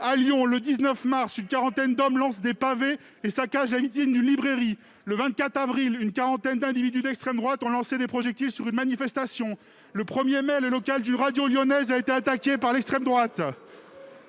: le 19 mars, une quarantaine d'hommes ont lancé des pavés et saccagé la vitrine d'une librairie ; le 24 avril, une quarantaine d'individus d'extrême droite ont lancé des projectiles sur une manifestation ; enfin, le 1 mai, le local d'une radio lyonnaise a été attaqué par une quarantaine